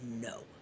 no